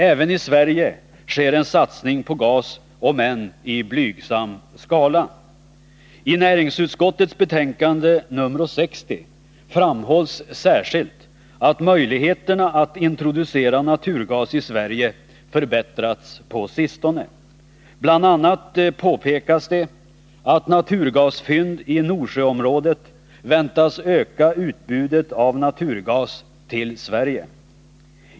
Även i Sverige sker en satsning på gas, om än i blygsam skala. I näringsutskottets betänkande nr 60 framhålls särskilt att möjligheterna att introducera naturgas i Sverige förbättrats på sistone. Bl. a. påpekas det att naturgasfynd i Nordsjöområdet väntas öka utbudet av naturgas till Sverige.